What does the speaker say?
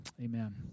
amen